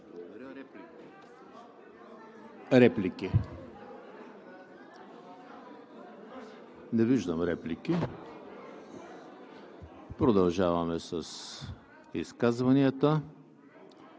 Реплики? Не виждам. Продължаваме с изказванията.